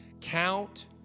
Count